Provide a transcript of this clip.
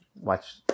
watch